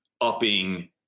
upping